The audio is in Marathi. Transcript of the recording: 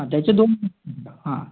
त्याचे दोन हां